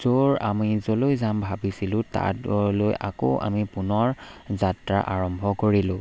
য'ৰ আমি য'লৈ যাম ভাবিছিলোঁ তাতলৈ আকৌ আমি পুনৰ যাত্ৰা আৰম্ভ কৰিলোঁ